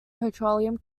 petroleum